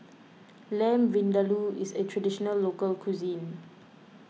Lamb Vindaloo is a Traditional Local Cuisine